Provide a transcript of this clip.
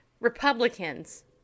Republicans